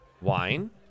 Wine